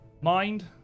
mind